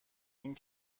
این